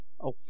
Oh